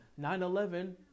9-11